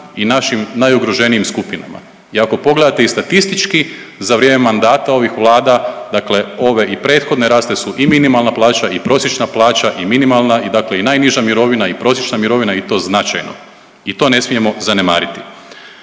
i našim najugroženijim skupinama. I ako pogledate i statistički za vrijeme mandata ovih vlada, dakle ove i prethodne rasle su i minimalna plaća i prosječna plaća i minimalna i dakle i najniža mirovina i prosječna mirovina i to značajno. I to ne smijemo zanemariti.